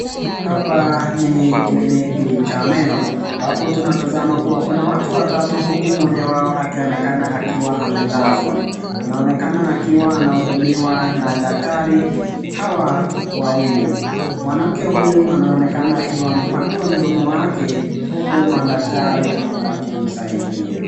Hapa ni kliniki cha meno, ambapo tunatazama kuwa kuna watu watatu huku moja wao akionekana akiwa amelazwa, anaonekana akiwa anahudumiwa na daktari , hawa wawili . Mwanamke huyu anaonekana akiwa amepanua mdomo wake huku madaktari wakimsaidia.